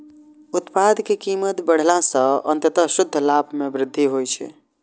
उत्पाद के कीमत बढ़ेला सं अंततः शुद्ध लाभ मे वृद्धि होइ छै